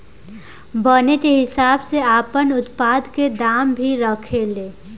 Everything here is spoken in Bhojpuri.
बने के हिसाब से आपन उत्पाद के दाम भी रखे ले